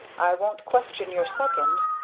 i won't question your second,